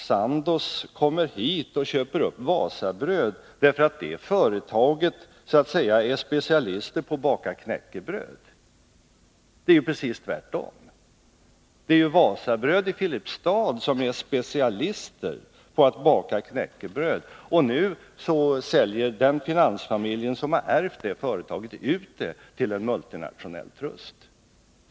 Sandoz köper inte upp Wasabröd därför att Sandoz så att säga är specialister på att baka knäckebröd. Det är precis tvärtom. Det är Wasabröd i Filipstad som är specialister på att baka knäckebröd, och nu säljer den finansfamilj som har ärvt företaget ut det till en multinationell trust.